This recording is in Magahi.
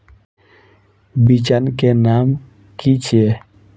बिचन के नाम की छिये?